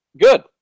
Good